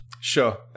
Sure